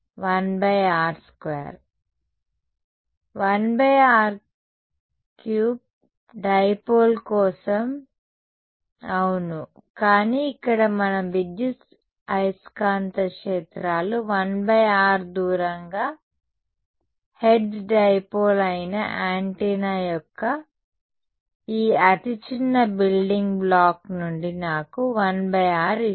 1r 2 1r3 dipole కోసం అవును కానీ ఇక్కడ మనం విద్యుదయస్కాంత క్షేత్రాలు 1r దూరంగా హెర్ట్జ్ డైపోల్ అయిన యాంటెన్నా యొక్క ఈ అతి చిన్న బిల్డింగ్ బ్లాక్ నుండి నాకు 1r ఇస్తుంది